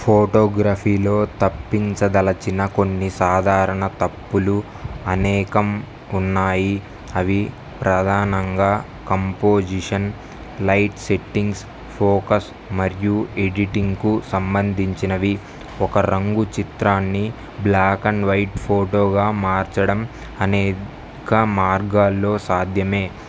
ఫోటోగ్రఫీలో తప్పించదలచిన కొన్ని సాధారణ తప్పులు అనేకం ఉన్నాయి అవి ప్రధానంగా కంపోజిషన్ లైట్ సెట్టింగ్స్ ఫోకస్ మరియు ఎడిటింగ్కు సంబంధించినవి ఒక రంగు చిత్రాన్ని బ్లాక్ అండ్ వైట్ ఫోటోగా మార్చడం అనేక మార్గాల్లో సాధ్యమే